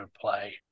play